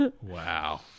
Wow